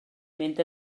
mynd